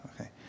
Okay